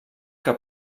que